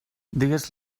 digues